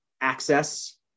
access